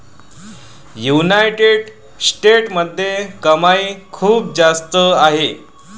United स्टेट्समध्ये कमाई खूप जास्त आहे